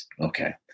Okay